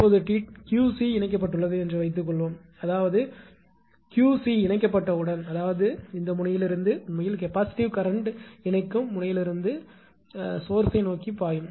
இப்போது இந்த 𝑄c இணைக்கப்பட்டுள்ளது என்று வைத்துக்கொள்வோம் அதாவது இந்த 𝑄𝐶 இணைக்கப்பட்டவுடன் அதாவது இந்த முனையிலிருந்து உண்மையில் கெபாசிட்டிவ் கரண்ட் இணைக்கும் முனையிலிருந்து மூலத்தை நோக்கி பாயும்